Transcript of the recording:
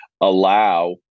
allow